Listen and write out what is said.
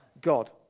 God